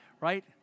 Right